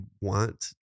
want